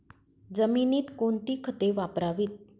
जमिनीत कोणती खते वापरावीत?